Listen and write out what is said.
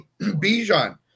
Bijan